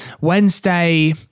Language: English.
Wednesday